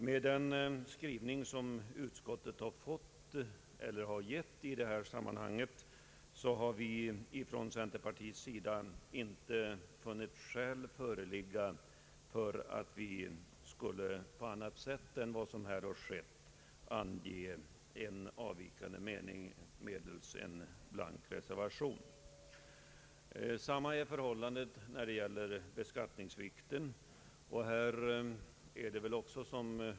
Med den skrivning utskottet gjort har vi från centerpartiets sida inte funnit skäl föreligga att på annat sätt än medelst en blank reservation ge till känna en avvikande mening. Förhållandet är detsamma när det gäller — beskattningsvikten.